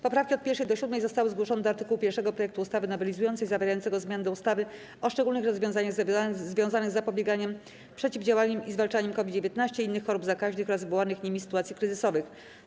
Poprawki od 1. do 7. zostały zgłoszone do art. 1 projektu ustawy nowelizującej zawierającego zmiany do ustawy o szczególnych rozwiązaniach związanych z zapobieganiem, przeciwdziałaniem i zwalczaniem COVID-19, innych chorób zakaźnych oraz wywołanych nimi sytuacji kryzysowych.